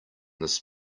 this